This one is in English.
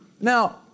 Now